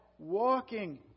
walking